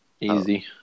easy